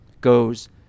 goes